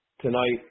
tonight